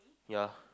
ya